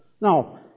Now